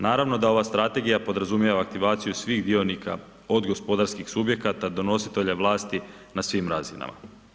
Naravno da ova strategija podrazumijeva aktivaciju svih dionika, od gospodarskih subjekata do nositelja vlasti na svim razinama.